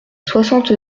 soixante